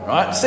Right